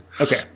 okay